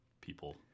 people